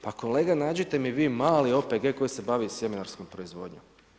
Pa kolega nađite mi vi mali OPG koji se bavi sjemenarskom proizvodnjom.